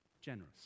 generous